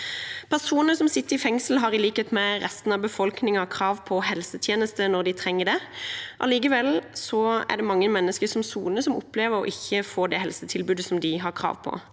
Personer som sitter i fengsel har, i likhet med resten av befolkningen, krav på helsetjenester når de trenger det. Allikevel er det mange mennesker som soner, som opplever å ikke få det helsetilbudet de har krav på.